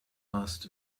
asked